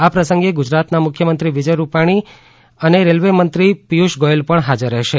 આ પ્રસંગે ગુજરાતના મુખ્યમંત્રી વિજય રૂપાણી અને રેલવેમંત્રી પિયુષ ગોયલ પણ હાજર રહેશે